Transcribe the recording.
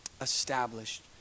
established